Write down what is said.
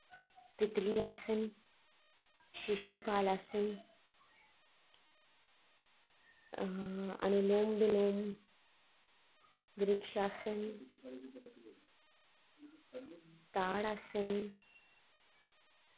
तीतली आसन शिशुपाल आसन अनु लोम विलोम वृक्ष आसन ताड़ आसन